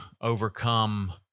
overcome